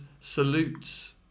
salutes